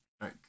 right